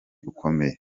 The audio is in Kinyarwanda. ukomeye